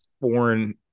foreign